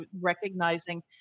recognizing